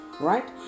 right